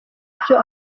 byo